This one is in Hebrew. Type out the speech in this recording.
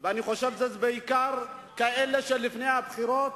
ואני חושב שזה בעיקר כאלה שלפני הבחירות